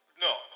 No